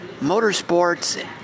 motorsports